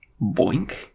Boink